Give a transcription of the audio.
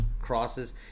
crosses